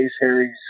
Harry's